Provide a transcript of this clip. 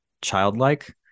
childlike